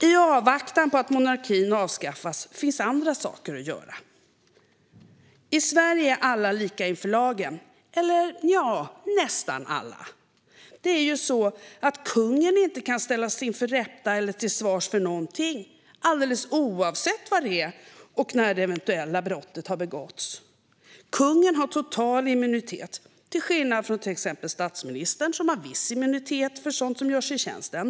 I avvaktan på att monarkin avskaffas finns andra saker att göra. I Sverige är alla lika inför lagen, eller nja - nästan alla. Kungen kan inte ställas inför rätta eller till svars för någonting, alldeles oavsett vad det är och när det eventuella brottet har begåtts. Kungen har total immunitet, till skillnad från till exempel statsministern, som har viss immunitet för sådant som görs i tjänsten.